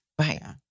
Right